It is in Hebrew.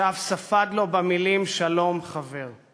שאף ספד לו במילים "שלום, חבר"